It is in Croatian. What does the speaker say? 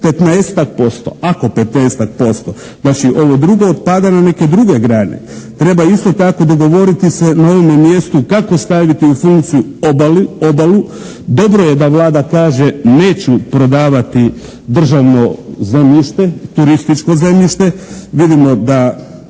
15.-tak %. Znači, ovo drugo otpada na neke druge grane. Treba isto tako dogovoriti se na ovome mjestu kako staviti u funkciju obalu. Dobro je da Vlada kaže neću prodavati državno zemljište, turističko zemljište. Vidimo da